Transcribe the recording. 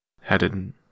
heading